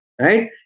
right